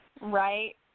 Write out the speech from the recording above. Right